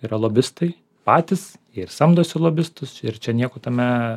yra lobistai patys ir samdosi lobistus ir čia nieko tame